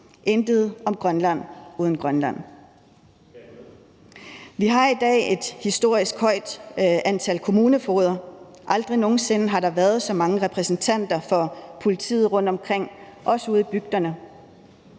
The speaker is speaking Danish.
intet om Grønland uden Grønland. Vi har i dag et historisk højt antal kommunefogeder. Aldrig nogen sinde har der været så mange repræsentanter for politiet rundtomkring – også ude i bygderne.